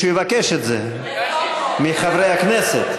התשע"ו 2016,